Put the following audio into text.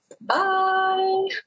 Bye